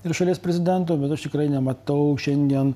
ir šalies prezidento bet aš tikrai nematau šiandien